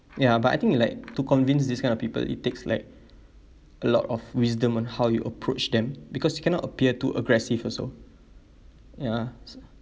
ya but I think like to convince this kind of people it takes like a lot of wisdom on how you approach them because you cannot appear too aggressive also ya